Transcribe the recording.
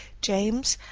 james,